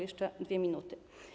Jeszcze 2 minuty.